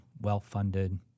well-funded